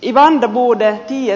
i varmuuden ja